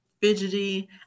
fidgety